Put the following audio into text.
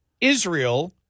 Israel